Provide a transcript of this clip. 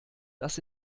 das